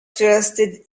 trusted